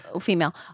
female